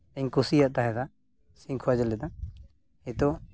ᱤᱧ ᱠᱩᱥᱤᱭᱟᱜ ᱛᱟᱦᱮᱱᱟ ᱥᱮᱧ ᱠᱷᱚᱡᱽ ᱞᱮᱫᱟ ᱱᱤᱛᱳᱜ